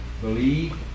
Believe